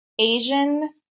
Asian